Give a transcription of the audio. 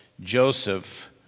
Joseph